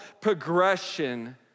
progression